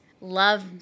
love